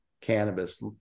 cannabis